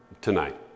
tonight